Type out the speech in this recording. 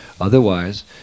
Otherwise